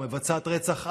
מבצעת רצח עם,